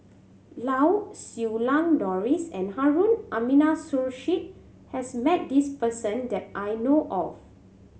Lau Siew Lang Doris and Harun Aminurrashid has met this person that I know of